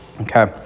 okay